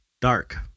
dark